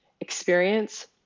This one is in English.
experience